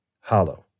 hollow